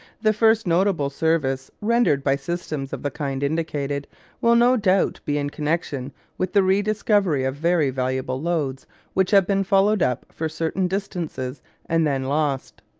the first notable service rendered by systems of the kind indicated will no doubt be in connection with the rediscovery of very valuable lodes which have been followed up for certain distances and then lost.